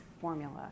formula